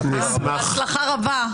בהצלחה רבה.